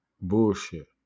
bullshit